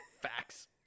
Facts